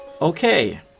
Okay